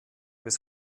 bis